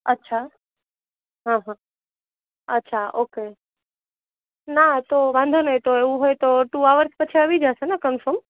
અચ્છા હ હ અચ્છા ઓકે ના તો વાંધો નઇ તો એવું હોય તો ટુ અવર પછી આવી જશેને કન્ફમ